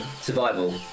survival